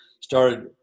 started –